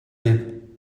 lip